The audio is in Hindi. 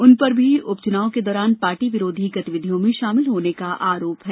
उन पर भी उपचुनाव के दौरान पार्टी विरोधी गतिविधियों में शामिल होने का आरोप है